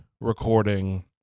recording